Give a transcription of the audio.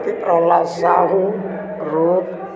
Iti Prahallad Sahu rose